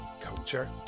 culture